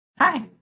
Hi